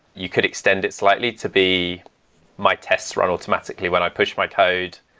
you could extend it slightly to be my tests run automatically when i push my code.